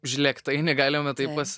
žlėgtainį galime taip pas